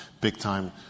big-time